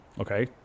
okay